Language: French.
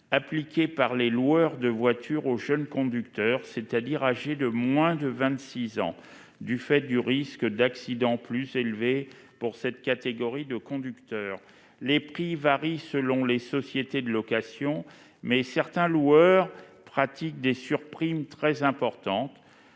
appliquée par les loueurs de voitures aux jeunes conducteurs, c'est-à-dire âgés de moins de 26 ans, du fait du risque d'accident plus élevé pour cette catégorie de conducteurs, les prix varient selon les sociétés de location, mais certains loueurs pratiquent des surprimes très importantes